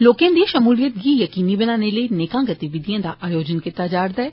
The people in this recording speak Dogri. लोकें दी षमूलियत गी यकीनी बनाने लेई नेंका गतिविधिएं दा आयोजन कीता जा करदा ऐ